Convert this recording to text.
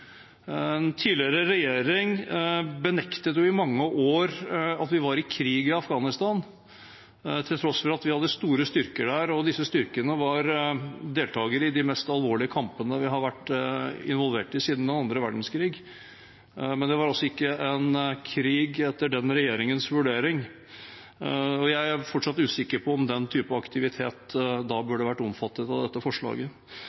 tidligere regjering benektet jo i mange år at vi var i krig i Afghanistan, til tross for at vi hadde store styrker der, og disse styrkene var deltakere i de mest alvorlige kampene vi har vært involvert i siden den andre verdenskrig. Men det var altså ikke en krig etter den regjeringens vurdering, og jeg er fortsatt usikker på om den typen aktivitet burde vært omfattet av dette forslaget.